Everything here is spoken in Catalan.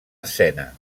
escena